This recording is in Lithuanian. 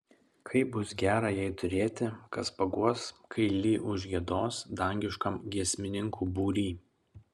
kaip bus gera jai turėti kas paguos kai li užgiedos dangiškam giesmininkų būry